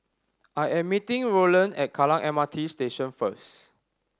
I am meeting Rowland at Kallang M R T Station first